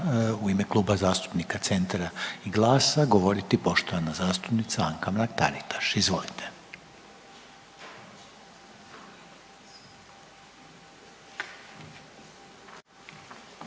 u ime Kluba zastupnika Centra i GLAS-a govoriti poštovana zastupnica Anka Mrak-Taritaš, izvolite.